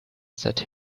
set